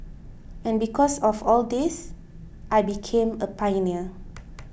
and because of all this I became a pioneer